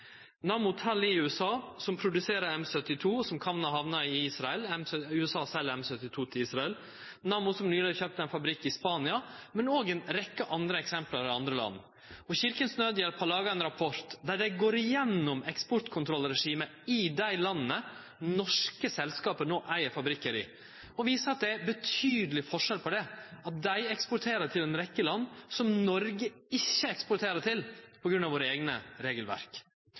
i USA som produserer M72 som kan hamne i Israel – USA sel M72 til Israel – Nammo som nyleg kjøpte ein fabrikk i Spania, men òg ei rekkje eksempel i andre land. Kirkens Nødhjelp har laga ein rapport der dei går gjennom eksportkontrollregimet i dei landa norske selskap no eig fabrikkar i, og viser at det er betydeleg forskjell på det – at dei eksporterer til ei rekkje land som Noreg ikkje eksporterer til på grunn av våre eigne regelverk.